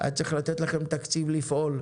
היה צריך לתת לכם תקציב לפעול,